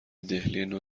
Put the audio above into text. دهلینو